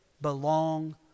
belong